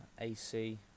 AC